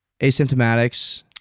Asymptomatics